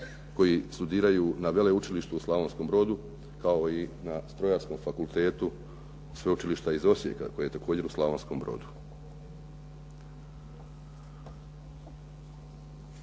koji studiraju na Veleučilištu u Slavonskom Brodu kao i na Strojarskom fakultetu Sveučilišta iz Osijeka koji je također u Slavonskom Brodu.